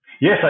Yes